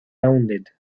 rounded